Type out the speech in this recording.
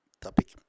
topic